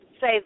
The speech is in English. say